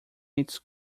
its